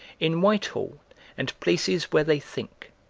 in whitehall and places where they think,